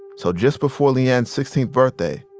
so just before le-ann's sixteenth birthday,